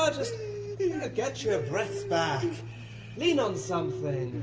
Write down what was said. ah just ah get your breath bac lean on something,